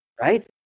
right